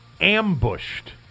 ambushed